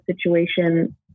situation